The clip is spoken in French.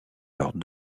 leurs